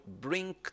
bring